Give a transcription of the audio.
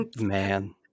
Man